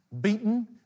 beaten